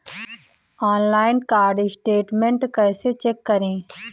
Online card statement कैसे check करें?